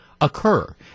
occur